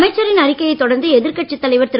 அமைச்சரின் அறிக்கையைத் தொடர்ந்து எதிர் கட்சித் தலைவர் திரு